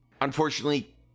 unfortunately